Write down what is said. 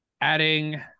adding